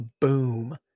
boom